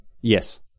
Yes